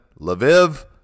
lviv